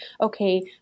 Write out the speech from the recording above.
Okay